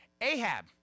Ahab